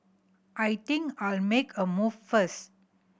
I think I'll make a move first